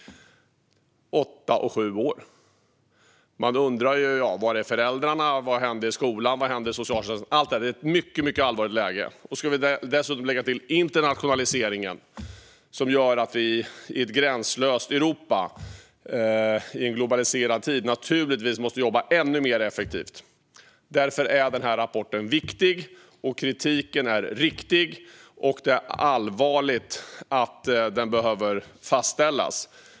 Åtta och sju år - man undrar var föräldrarna är. Vad händer i skolan? Vad händer i socialtjänsten? Allt detta gör att det är ett mycket allvarligt läge. Vi kan dessutom lägga till internationaliseringen, som gör att vi i ett gränslöst Europa och i en globaliserad tid måste jobba ännu mer effektivt. Därför är rapporten viktig, och kritiken är riktig. Det är allvarligt att den behöver fastställas.